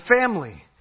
family